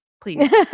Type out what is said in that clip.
please